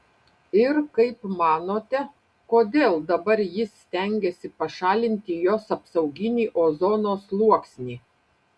ir kaip manote kodėl dabar jis stengiasi pašalinti jos apsauginį ozono sluoksnį